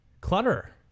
Clutter